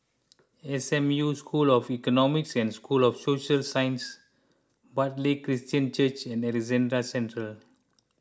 S M U School of Economics and School of Social Sciences Bartley Christian Church and Alexandra Central